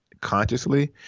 consciously